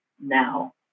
now